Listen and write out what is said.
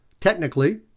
Technically